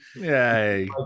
yay